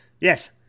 yes